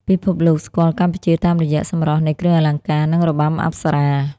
ពិភពលោកស្គាល់កម្ពុជាតាមរយៈសម្រស់នៃគ្រឿងអលង្ការ និងរបាំអប្សរា។